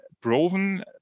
proven